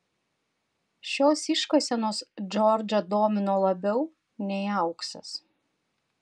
šios iškasenos džordžą domino labiau nei auksas